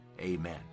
Amen